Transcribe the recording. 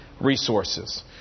resources